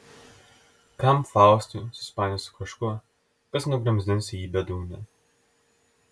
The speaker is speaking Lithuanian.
kam faustui susipainioti su kažkuo kas nugramzdins jį į bedugnę